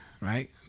right